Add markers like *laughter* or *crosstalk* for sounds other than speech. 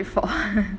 I have done it before *laughs*